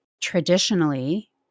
traditionally